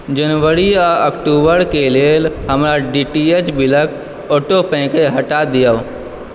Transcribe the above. जनवरी आओर अक्टूबरके लेल हमर डी टी एच बिलके ऑटेपेके हटा दिऔ